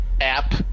app